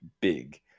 big